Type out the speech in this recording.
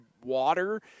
water